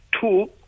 Two